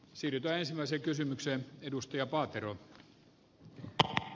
siri pääsevänsä kysymyksen edusti ap arvoisa puhemies